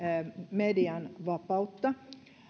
median vapautta